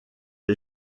est